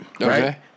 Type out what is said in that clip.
right